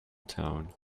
tone